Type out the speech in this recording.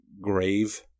grave